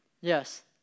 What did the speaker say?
Yes